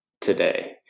today